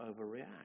overreact